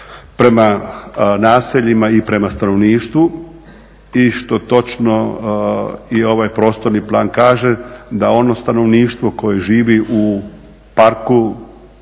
prema naseljima i prema stanovništvu i što točno i ovaj prostorni plan kaže da ono stanovništvo koje živi u Parku